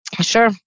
Sure